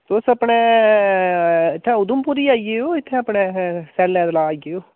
तुस अपने इत्थें उधमपुर ही आई जाएयो इत्थें अपने सैल्ले तलाऽ आई जाएयो